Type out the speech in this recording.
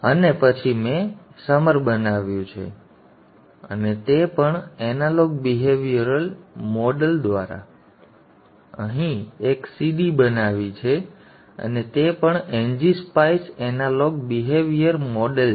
અને પછી મેં ઉનાળો બનાવ્યો છે અને તે પણ એનાલોગ બિહેવિયરલ મોડેલ દ્વારા મેં અહીં એક cd બનાવી છે અને તે પણ ngSpice એનાલોગ બિહેવિયર મોડેલ છે